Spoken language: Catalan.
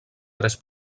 tres